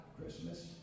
Christmas